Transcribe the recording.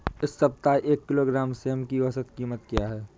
इस सप्ताह एक किलोग्राम सेम की औसत कीमत क्या है?